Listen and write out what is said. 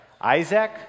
Isaac